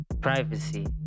privacy